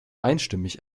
einstimmig